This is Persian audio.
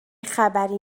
خبری